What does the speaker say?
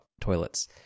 toilets